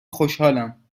خوشحالم